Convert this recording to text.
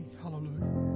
hallelujah